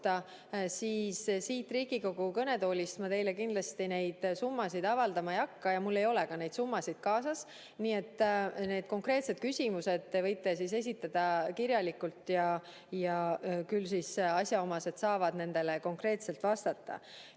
Siit Riigikogu kõnetoolist ma teile kindlasti neid summasid avaldama ei hakka ja mul ei ole ka neid summasid kaasas. Need konkreetsed küsimused te võite esitada kirjalikult ja küll siis asjaomased isikud saavad nendele konkreetselt vastata. Nüüd,